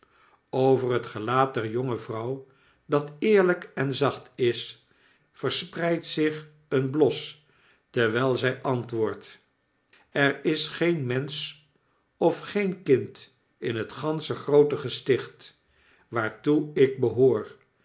over het gelaat der jonge vrouw dat eerlijk en zacht is verspreidt zich een bios terwyl zy antwoordt er is geen mensch of geen kind in het gansche groote gesticht waartoe ik behoor